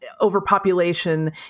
overpopulation